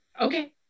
okay